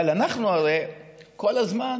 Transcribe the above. אבל אנחנו הרי כל הזמן